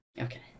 Okay